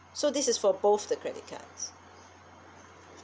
so this is for both the credit cards